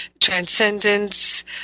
transcendence